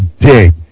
dig